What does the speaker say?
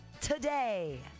today